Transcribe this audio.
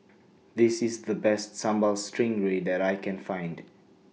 This IS The Best Sambal Stingray that I Can Find